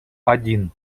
один